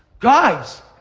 guys,